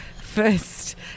first